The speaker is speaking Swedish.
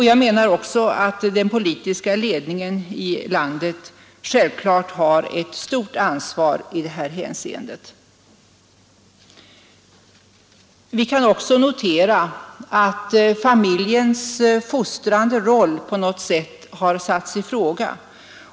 Jag menar även att den politiska ledningen i landet självklart Har ett stort ansvar i detta hänseende. Vi kan också notera att familjens fostrande roll har satts i fråga.